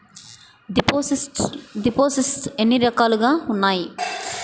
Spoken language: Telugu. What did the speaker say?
దిపోసిస్ట్స్ ఎన్ని రకాలుగా ఉన్నాయి?